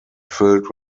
filled